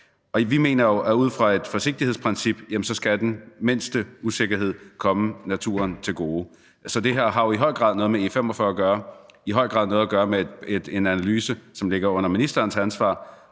Vi mener jo, at ud fra et forsigtighedsprincip skal selv den mindste usikkerhed komme naturen til gode. Så det her har jo i høj grad noget med E45 at gøre, det har i høj grad noget at gøre med en analyse, som ligger under ministerens ressort,